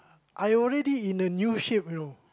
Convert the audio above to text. I already in a new shape you know